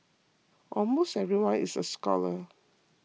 almost everyone is a scholar